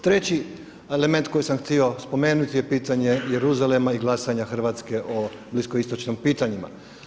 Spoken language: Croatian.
Treći element koji sam htio spomenuti je pitanje Jeruzalema i glasanja Hrvatske o bliskoistočnim pitanjima.